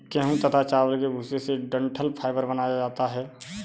गेहूं तथा चावल के भूसे से डठंल फाइबर बनाया जाता है